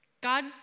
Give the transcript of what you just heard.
God